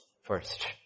First